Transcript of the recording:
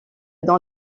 dans